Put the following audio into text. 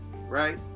right